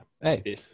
Hey